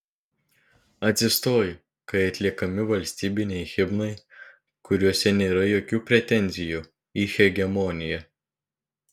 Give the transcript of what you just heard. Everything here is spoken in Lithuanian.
atsistoju kai atliekami valstybiniai himnai kuriuose nėra jokių pretenzijų į hegemoniją